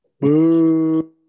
Boo